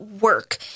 work